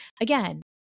again